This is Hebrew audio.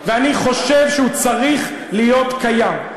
ואני חושב שהוא צריך להיות קיים,